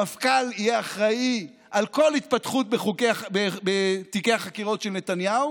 המפכ"ל יהיה אחראי לכל התפתחות בתיקי החקירות של נתניהו